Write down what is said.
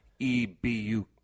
EBU